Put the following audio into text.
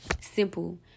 Simple